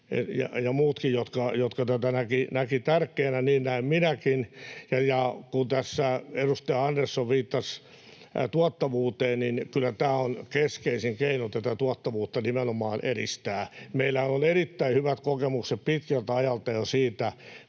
ja muutkin, jotka tämän näkivät tärkeänä, niin näen minäkin. Kun tässä edustaja Andersson viittasi tuottavuuteen, niin kyllä tämä on keskeisin keino tätä tuottavuutta nimenomaan edistää. Meillä on erittäin hyvät kokemukset jo pitkältä ajalta siitä,